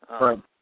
Right